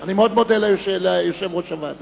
אני מודה מאוד ליושב-ראש הוועדה.